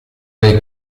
nei